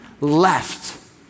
left